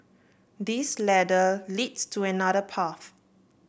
this ladder leads to another path